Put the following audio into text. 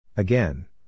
Again